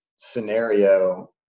scenario